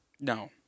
No